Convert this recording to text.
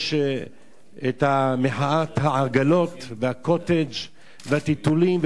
יש מחאת העגלות וה"קוטג'" והטיטולים,